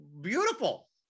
beautiful